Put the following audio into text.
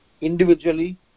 Individually